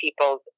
people's